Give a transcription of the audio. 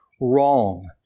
wrong